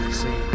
see